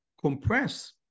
compress